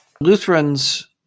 Lutherans